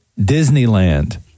Disneyland